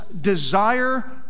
desire